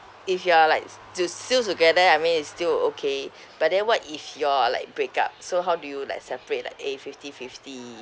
if you are like s~ still together I mean is still okay but then what if you all like break up so how do you like separate like eh fifty fifty